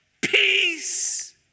Peace